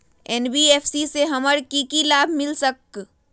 NBFC से हमार की की लाभ मिल सक?